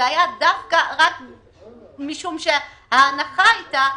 היה רק משום שההנחה הייתה,